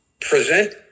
present